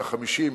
150,